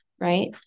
right